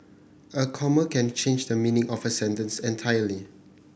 a comma can change the meaning of a sentence entirely